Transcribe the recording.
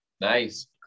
nice